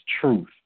truth